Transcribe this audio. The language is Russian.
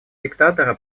диктатора